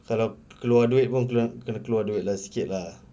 kalau keluar duit pun kena keluar duit lah sikit lah